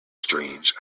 strange